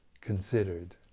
considered